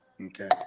Okay